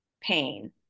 pain